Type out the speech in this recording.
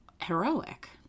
heroic